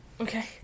Okay